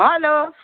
hello